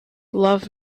love